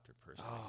personally